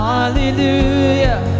Hallelujah